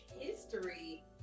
history